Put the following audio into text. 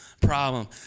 problem